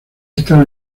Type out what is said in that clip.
esta